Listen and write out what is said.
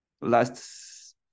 last